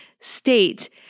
state